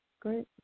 great